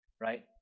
Right